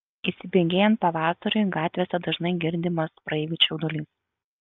įsibėgėjant pavasariui gatvėse dažnai girdimas praeivių čiaudulys